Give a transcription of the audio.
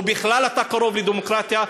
או בכלל אתה קרוב לדמוקרטיה,